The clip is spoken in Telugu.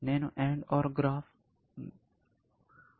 నేను AND OR గ్రాఫ్ దృక్పథంలో మాట్లాడుతున్నాను